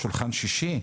"שולחן שישי"?